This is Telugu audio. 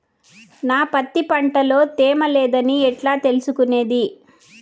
నా పత్తి పంట లో తేమ లేదని ఎట్లా తెలుసుకునేది?